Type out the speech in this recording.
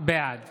בעד